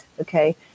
okay